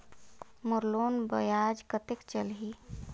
मोर loan ब्याज कतेक चलही?